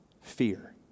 fear